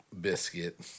biscuit